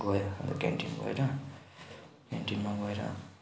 गएर क्यान्टिन गएर क्यान्टिनमा गएर